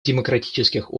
демократических